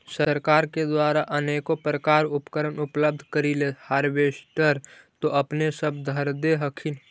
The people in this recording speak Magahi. सरकार के द्वारा अनेको प्रकार उपकरण उपलब्ध करिले हारबेसटर तो अपने सब धरदे हखिन?